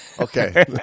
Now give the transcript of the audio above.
Okay